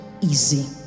easy